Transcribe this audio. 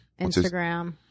Instagram